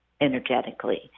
energetically